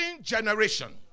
generation